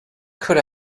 could